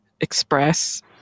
express